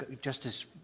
Justice